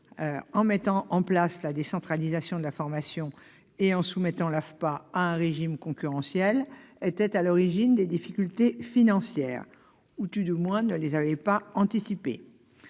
en mettant en place la décentralisation de la formation professionnelle et en soumettant l'AFPA à un régime concurrentiel, était à l'origine de ses difficultés financières, ou tout au moins qu'elle ne les avait pas anticipées.